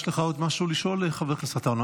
יש לך עוד משהו לשאול, חבר הכנסת עטאונה?